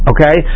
Okay